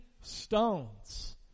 stones